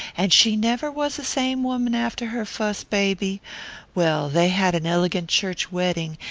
and she never was the same woman after her fust baby well, they had an elegant church wedding,